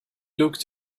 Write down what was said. looked